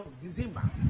December